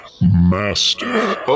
Master